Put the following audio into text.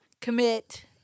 commit